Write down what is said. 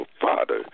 father